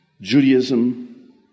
Judaism